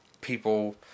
people